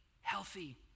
healthy